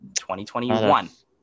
2021